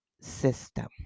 system